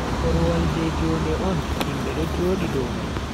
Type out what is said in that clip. Korowal je jonde on, himbe do joda dow mai.